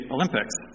Olympics